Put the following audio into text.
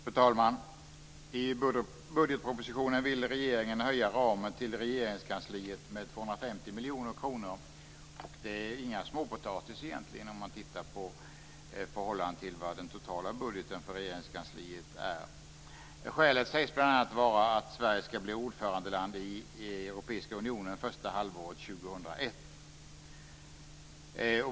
Fru talman! I budgetpropositionen vill regeringen höja ramen till Regeringskansliet med 250 miljoner kronor. Det är inte småpotatis i förhållande till hur stor den totala budgeten för Regeringskansliet är. Skälet sägs bl.a. vara att Sverige skall bli ordförandeland i Europeiska unionen första halvåret år 2001.